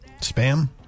Spam